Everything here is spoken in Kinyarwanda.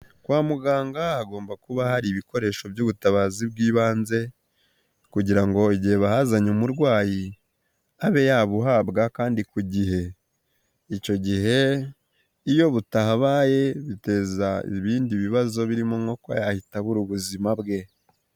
Kwa muganga hagomba kuba hari ibikoresho by'ubutabazi bw'ibanze kugira ngo igihe bahazanye umurwayi abe yabuhabwa kandi ku igihe. Icyo gihe iyo butahabaye biteza ibindi bibazo birimo no kuba yahita abura ubuzima bwe.